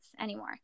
anymore